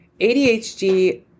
ADHD